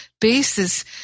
basis